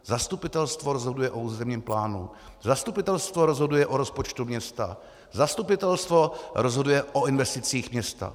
Zastupitelstvo rozhoduje o územním plánu, zastupitelstvo rozhoduje o rozpočtu města, zastupitelstvo rozhoduje o investicích města.